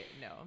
No